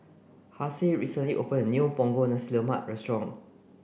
Hassie recently opened a new Punggol Nasi Lemak restaurant